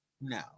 no